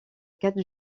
quatre